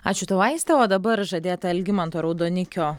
ačiū tau aiste o dabar žadėta algimanto raudonikio